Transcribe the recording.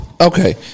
Okay